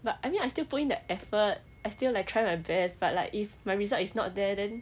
but I mean I still put in the effort I still like try my best but like if my result is not there then